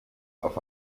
auf